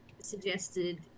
suggested